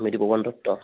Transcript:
Mridupawan Dutta